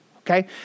Okay